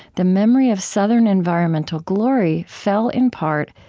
the memory of southern environmental glory fell, in part,